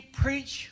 preach